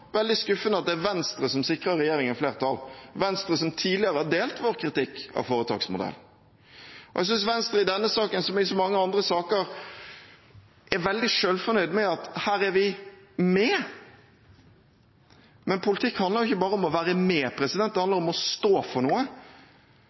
veldig skuffende at det er Venstre som sikrer regjeringen flertall – Venstre som tidligere har delt vår kritikk av foretaksmodellen. Jeg synes Venstre i denne saken, som i så mange andre saker, er veldig selvfornøyd med at her er de med. Men politikk handler jo ikke bare om å være med, det